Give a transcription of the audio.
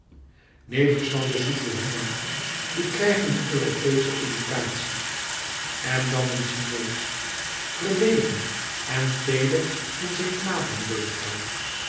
neefjes van den soesoehoenan die krijgen een europeesche educatie en dan een chinees verlegen en teeder in zijn